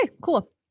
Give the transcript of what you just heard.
cool